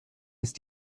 ist